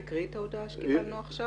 תקראי את ההודעה שקיבלנו עכשיו.